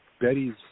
Betty's